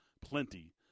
plenty